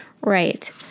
Right